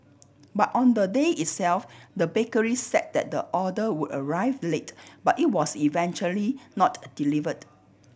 but on the day itself the bakery said that the order would arrive late but it was eventually not delivered